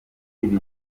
bibiri